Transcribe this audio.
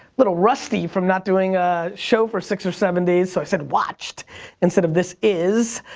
little rusty from not doing a show for six or seven days so i said watched instead of this is.